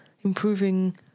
improving